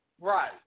Right